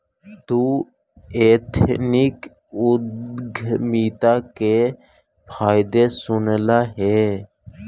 तु एथनिक उद्यमिता के फायदे सुनले हे?